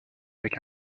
avec